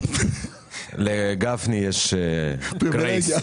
לגפני יש grace.